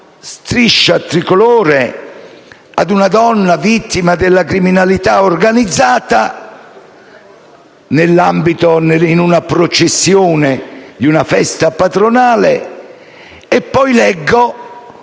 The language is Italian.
striscia tricolore ad una donna vittima della criminalità organizzata, magari durante la processione di una festa patronale, e poi leggo